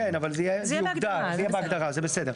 כן, אבל זה יוגדר, זה יהיה מוגדר, זה בסדר.